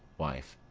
wife.